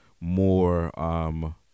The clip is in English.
more –